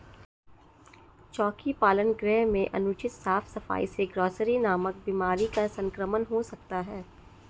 चोकी पालन गृह में अनुचित साफ सफाई से ग्रॉसरी नामक बीमारी का संक्रमण हो सकता है